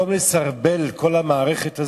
במקום לסרבל את כל המערכת הזאת,